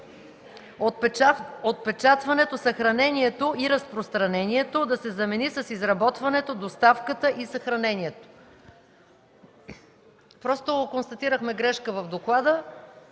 „Отпечатването, съхранението и разпространението” да се замени с „изработването, доставката и съхранението”.” Констатирахме грешка в доклада,